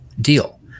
deal